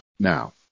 Now